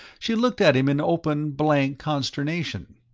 she looked at him in open, blank consternation.